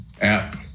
app